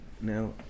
Now